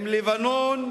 עם לבנון?